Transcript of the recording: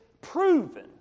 proven